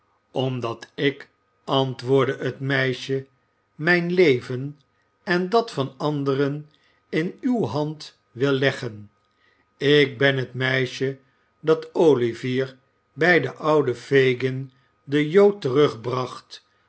omdat ik antwoordde het meisje mijn leven en dat van anderen in uw hand wil leggen ik ben het meisje dat olivier bij den ouden fagin den jood